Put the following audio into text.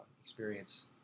experience